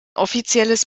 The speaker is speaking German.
offizielles